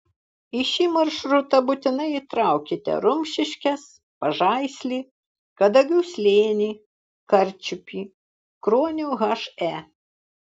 į šį maršrutą būtinai įtraukite rumšiškes pažaislį kadagių slėnį karčiupį kruonio he